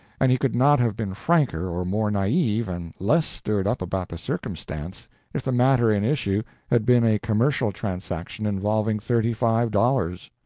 and he could not have been franker or more naive and less stirred up about the circumstance if the matter in issue had been a commercial transaction involving thirty-five dollars.